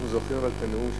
הוא זוכר את הנאום,